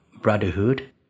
brotherhood